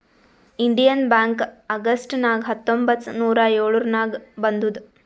Indian bank August ನಾಗ್ ಹತ್ತೊಂಬತ್ತ್ ನೂರಾ ಎಳುರ್ನಾಗ್ ಬಂದುದ್